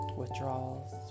withdrawals